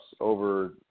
over